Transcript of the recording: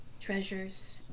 treasures